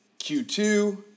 Q2